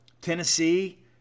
Tennessee